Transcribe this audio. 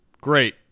Great